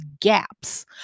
gaps